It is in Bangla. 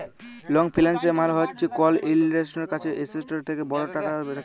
লং ফিল্যাল্স মালে হছে কল ইল্ভেস্টারের কাছে এসেটটার থ্যাকে বড় টাকা থ্যাকা